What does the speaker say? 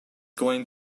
going